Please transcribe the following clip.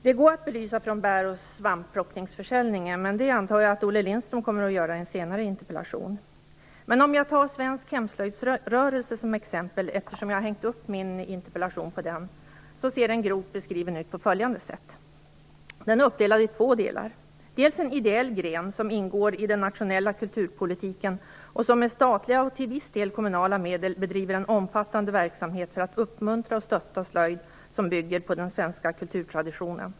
Det går att belysa med exempel från bär och svampplockningen, men det antar jag att Olle Lindström kommer att göra i en senare interpellationsdebatt. Men om jag tar svensk hemslöjdsrörelse som exempel, eftersom jag har hängt upp min interpellation på den, ser den grovt beskriven ut på följande sätt: Den är uppdelad i två delar, en ideell gren som ingår i den nationella kulturpolitiken och som med statliga och till viss del kommunala medel bedriver en omfattande verksamhet för att uppmuntra och stötta slöjd som bygger på den svenska kulturtraditionen.